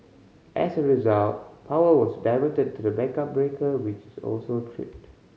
as a result power was diverted to the backup breaker which also tripped